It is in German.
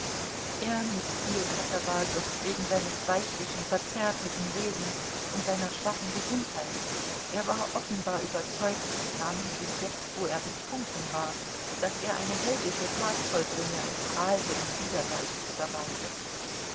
er mißfiel katawasow wegen seines weichlichen verzärtelten wesens und seiner schwachen gesundheit er war offenbar überzeugt namentlich jetzt wo er betrunken war daß er eine heldische tat vollbringe und prahlte in widerwärtigster weise